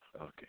Okay